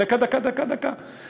דקה, דקה, דקה, דקה.